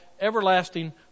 everlasting